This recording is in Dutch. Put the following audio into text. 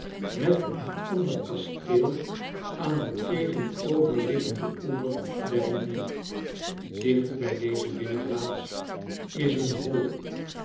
met een ander kasteel aan den tegenoverliggenden oever der rivier dicht bij deze binnenplaats is een hoi